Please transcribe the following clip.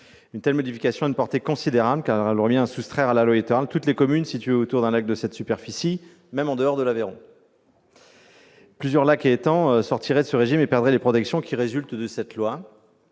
Une telle modification aurait une portée considérable, car elle reviendrait à soustraire à la loi Littoral toutes les communes situées autour d'un lac d'une telle superficie, même en dehors de l'Aveyron ! Plusieurs lacs et étangs sortiraient de ce régime et perdraient les protections qui résultent de la loi,